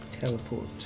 Teleport